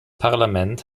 parlament